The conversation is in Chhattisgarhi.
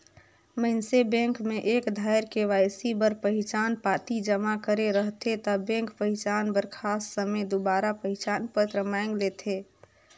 मइनसे बेंक में एक धाएर के.वाई.सी बर पहिचान पाती जमा करे रहथे ता बेंक पहिचान बर खास समें दुबारा पहिचान पत्र मांएग लेथे